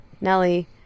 Nelly